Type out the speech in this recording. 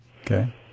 Okay